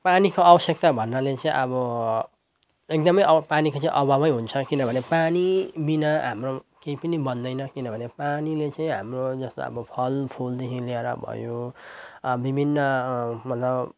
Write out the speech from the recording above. पानीको आवश्यकता भन्नाले चाहिँ अब एकदमै अब पानीको चाहिँ अभावै हुन्छ किनभने पानीबिना हाम्रो केही पनि बन्दैन किनभने पानीले चाहिँ हाम्रो जस्तो अब फलफुलदेखि लिएर भयो विभिन्न मतलब